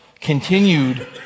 continued